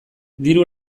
diru